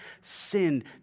sinned